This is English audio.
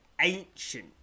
ancient